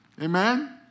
Amen